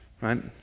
right